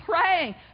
praying